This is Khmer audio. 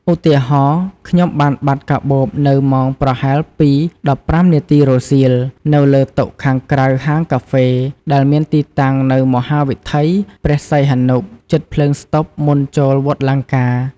ឧទាហរណ៍ "ខ្ញុំបានបាត់កាបូបនៅម៉ោងប្រហែល ២:១៥ នាទីរសៀល នៅលើតុខាងក្រៅហាងកាហ្វេដែលមានទីតាំងនៅមហាវិថីព្រះសីហនុ ជិតភ្លើងស្តុបមុនចូលវត្តលង្កា"។